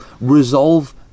resolve